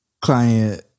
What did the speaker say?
client